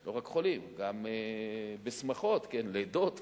לא רק חולים, גם בשמחות, כן, לידות וכו'.